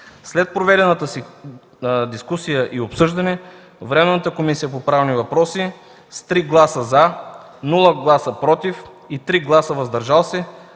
След проведената дискусия и обсъждане Временната комисия по правни въпроси с 3 гласа „за”, без „против” и 3 гласа „въздържал се”